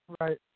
Right